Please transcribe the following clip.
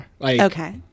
Okay